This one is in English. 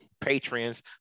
patrons